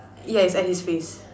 yeah it's at his face